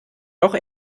doch